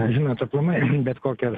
žinot aplamai bet kokią